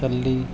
ਚੱਲੀ